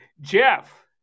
Jeff